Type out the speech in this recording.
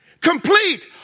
complete